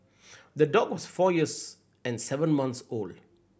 the dog was four years and seven months old